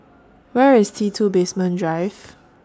Where IS T two Basement Drive